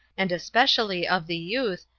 and especially of the youth,